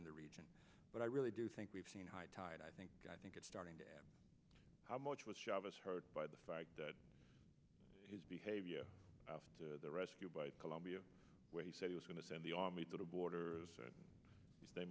in the region but i really do think we've seen high tide i think i think it's starting to how much was chavez hurt by the fact that his behavior after the rescue by colombia where he said he was going to send the army to the border